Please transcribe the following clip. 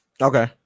Okay